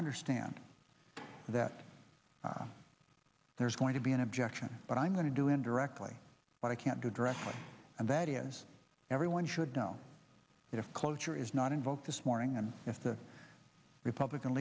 understand that there's going to be an objection but i'm going to do indirectly but i can't address it and that is everyone should know if cloture is not invoked this morning and if the republican